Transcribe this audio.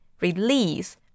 release